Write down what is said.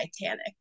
Titanic